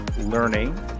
learning